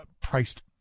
priced